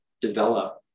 develop